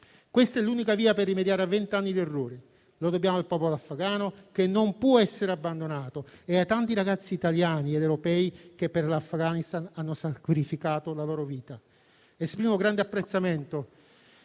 Questa è l'unica via per rimediare a vent'anni di errori, lo dobbiamo al popolo afghano che non può essere abbandonato e ai tanti ragazzi italiani ed europei che per l'Afghanistan hanno sacrificato la loro vita. Esprimo grande apprezzamento